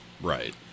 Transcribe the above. right